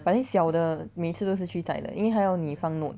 but then 小的每次都是 three side 的因为它要你放 notes